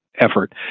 effort